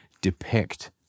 depict